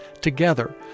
together